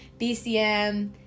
BCM